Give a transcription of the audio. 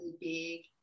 big